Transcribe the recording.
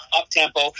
up-tempo